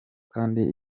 kandi